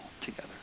together